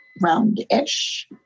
round-ish